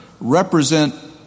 represent